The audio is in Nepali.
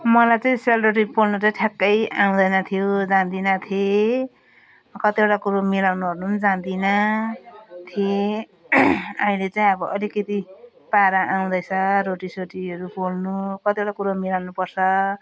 मलाई चाहिँ सेलरोटी पोल्नु चाहिँ ठ्याक्कै आउँदैन्थ्यो जान्दिनथेँ कतिवटा कुरो मिलाउनुवर्नु पनि जान्दिनथेँ अहिले चाहिँ अब अलिकति पारा आउँदैछ रोटीसोटीहरू पोल्नु कतिवटा कुरा मिलाउनुपर्छ